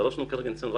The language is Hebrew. דרשנו --- רק